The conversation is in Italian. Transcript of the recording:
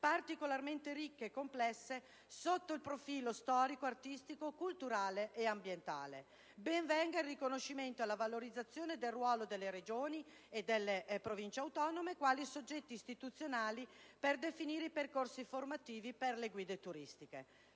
particolarmente ricche e complesse sotto il profilo storico-artistico, culturale e ambientale. Ben venga il riconoscimento e la valorizzazione del ruolo delle Regioni e delle Province autonome quali soggetti istituzionali per definire i percorsi formativi per le guide turistiche.